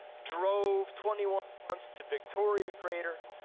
drove twenty one months to victoria crater,